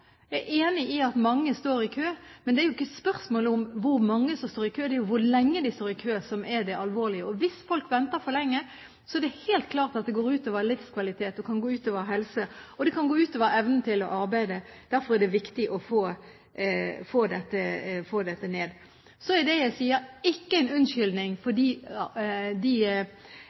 Jeg er enig i at mange står i kø, men spørsmålet er jo ikke hvor mange som står i kø. Det er hvor lenge de står i kø, som er det alvorlige. Hvis folk venter for lenge, er det helt klart at det går ut over livskvalitet. Det kan gå ut over helse, og det kan gå ut over evnen til å arbeide. Derfor er det viktig å få ventetiden ned. Så er det jeg sier, ikke en unnskyldning for de tilfellene av feilbehandling som vi har sett i det siste. De